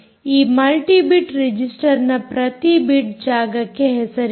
ಈ multi bit ರಿಜಿಸ್ಟರ್ನ ಪ್ರತಿ ಬಿಟ್ ಜಾಗಕ್ಕೆ ಹೆಸರಿದೆ